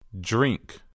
drink